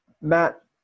Matt